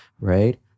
right